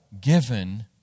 given